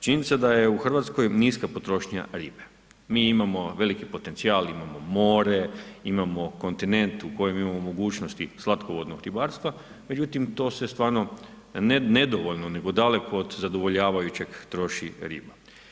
Činjenica da je u Hrvatskoj niska potrošnja ribe, mi imamo veliki potencijal, imamo more, imamo kontinent u kojem imamo mogućnosti slatkovodnog ribarstva, međutim to se stvarno ne nedovoljno nego daleko od zadovoljavajuće troši riba.